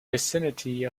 vicinity